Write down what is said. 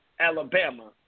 Alabama